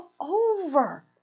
over